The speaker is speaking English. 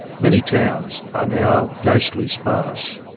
many towns are now ghostly-sparse.